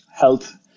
health